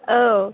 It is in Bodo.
औ